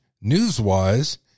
news-wise